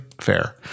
fair